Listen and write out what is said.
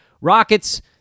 Rockets